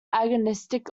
agnostic